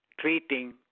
treating